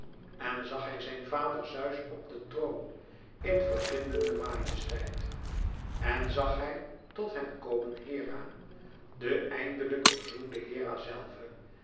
en zag hij zijn vader zeus op den troon in verblindende majesteit en zag hij tot hem komen hera de eindelijk verzoende hera zelve